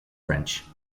french